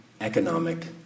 economic